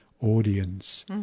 audience